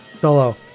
solo